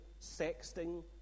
sexting